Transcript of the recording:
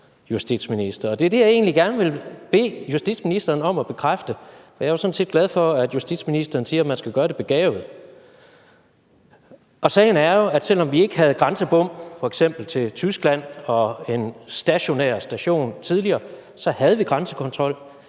justitsminister, og det er det, jeg egentlig gerne vil bede justitsministeren om at bekræfte, og jeg er sådan set glad for, at justitsministeren siger, at man skal gøre det begavet. Sagen er jo, at vi, selv om vi ikke havde grænsebom, f.eks. til Tyskland, og en stationær station tidligere, havde grænsekontrol;